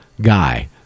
guy